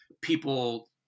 people